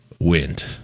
Wind